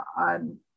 on